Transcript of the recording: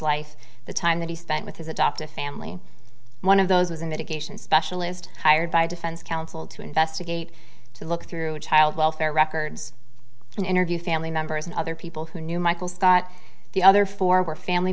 life the time that he spent with his adoptive family one of those was in mitigation specialist hired by defense counsel to investigate to look through child welfare records and interview family members and other people who knew michael scott the other four were family